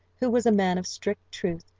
who was a man of strict truth,